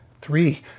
three